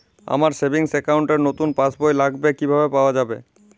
আমার savings account র নতুন পাসবই লাগবে, কিভাবে পাওয়া যাবে?